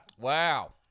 Wow